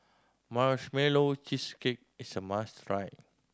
Marshmallow Cheesecake is a must try